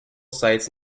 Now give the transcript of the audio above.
sites